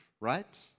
right